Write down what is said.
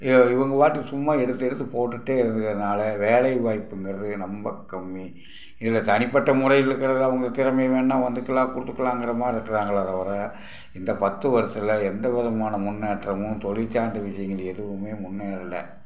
ஏ இவங்க பாட்டுக்கு சும்மா எடுத்து எடுத்து போட்டுகிட்டே இருக்கறதுனால் வேலை வாய்ப்புங்கிறது ரொம்ப கம்மி இதில் தனிப்பட்ட முறையில் இருக்கிறது அவங்க திறமையை வேணால் வந்துக்கலாம் கொடுத்துக்கலாங்கிற மாதிரி இருக்கிறாங்களே தவிர இந்த பத்து வருஷத்தில் எந்த விதமான முன்னேற்றமும் தொழில் சார்ந்த விஷயங்கள் எதுவுமே முன்னேறலை